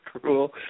cruel